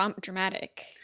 dramatic